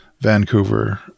Vancouver